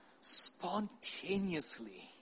spontaneously